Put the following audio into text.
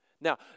Now